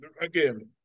again